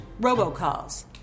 robocalls